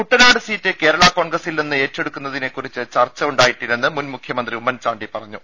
Kuttanad seat Kerala കോൺഗ്രസിൽ നിന്ന് ഏറ്റെടുക്കുന്നതിനെക്കുറിച്ച് ചർച്ച ഉണ്ടായിട്ടില്ലെന്ന് മുൻ മുഖ്യമന്ത്രി ഉമ്മൻചാണ്ടി പറഞ്ഞു